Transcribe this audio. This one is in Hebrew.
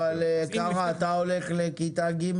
אבל קארה, אתה הולך לכיתה ג'.